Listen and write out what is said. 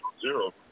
zero